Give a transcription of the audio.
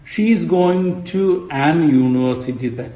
She is going to an university തെറ്റ്